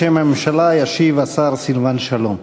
בשם הממשלה ישיב השר סילבן שלום.